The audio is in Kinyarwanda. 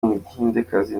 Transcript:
umuhindekazi